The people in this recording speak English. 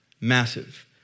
Massive